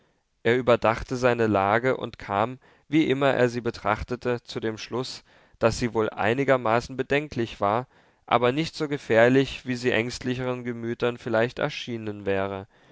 er überdachte seine lage und kam wie immer er sie betrachtete zu dem schluß daß sie wohl einigermaßen bedenklich war aber nicht so gefährlich wie sie ängstlichern gemütern vielleicht erschienen wäre